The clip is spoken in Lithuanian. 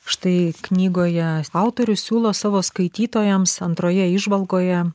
štai knygoje autorius siūlo savo skaitytojams antroje įžvalgoje